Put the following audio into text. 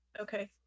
Okay